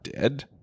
dead